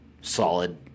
solid